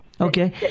Okay